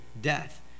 death